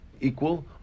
equal